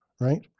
Right